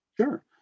Sure